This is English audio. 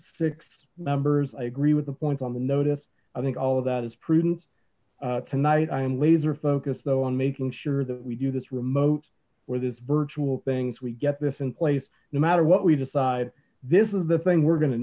six members i agree with the points on the notice i think all of that is prudent tonight i am laser focus though on making sure that we do this remote or this virtual things we get this in place no matter what we decide this is the thing we're going to